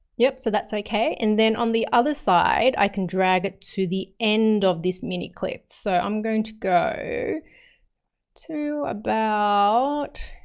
yup. so that's okay. and then on the other side, i can drag it to the end of this mini clips. so i'm going to go to about,